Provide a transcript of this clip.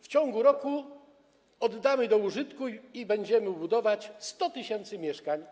W ciągu roku oddamy do użytku i będziemy budować 100 tys. mieszkań.